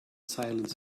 silence